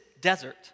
desert